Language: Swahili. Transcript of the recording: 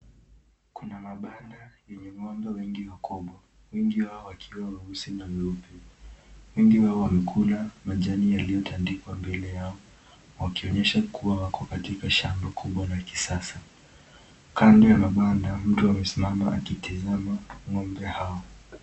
Kuna mabanda yenye ng'ombe wengi wakubwa, wengi wao wakiwa weusi na weupe, wengi wao wanakula majani yaliyotandikwa mbele yao wakionyesha kuwa wako katika shamba kubwa ya kisasa, kando ya mabanda kuna mtu amesimama akitazama ng'ombe hao.